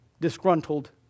disgruntled